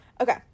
Okay